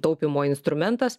taupymo instrumentas